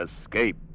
escape